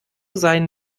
sein